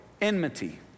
enmity